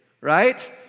right